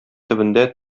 төбендә